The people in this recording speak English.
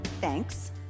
Thanks